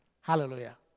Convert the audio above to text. Hallelujah